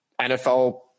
NFL